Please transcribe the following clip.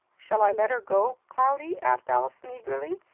shall i let her go, cloudy? asked allison eagerly.